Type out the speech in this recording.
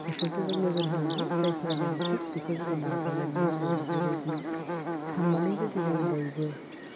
बेखौसो जों नोजोर होनांगौ जायफ्रा निगेटिभ बेखौ जों नारगारनानै दोन्नांगौ बेबायदि साननानै जुदि जों बयबो